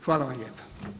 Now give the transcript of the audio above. Hvala vam lijepa.